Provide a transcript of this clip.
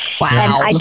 Wow